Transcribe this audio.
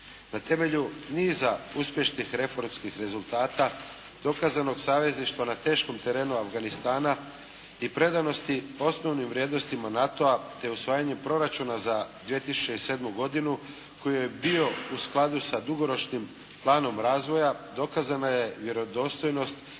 Na temelju niza uspješnih reformskih rezultata dokazanog savezništva na teškom terenu Afganistana i predanosti osnovnim vrijednostima NATO-a te usvajanje proračuna za 2007. godinu koji je bio u skladu sa dugoročnim planom razvoja, dokazana je vjerodostojnost